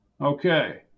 Okay